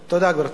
תודה, גברתי.